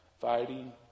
fighting